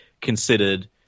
considered